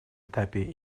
этапе